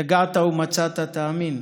יגעת ומצאת, תאמין.